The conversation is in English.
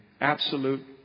absolute